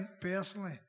personally